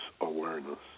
awareness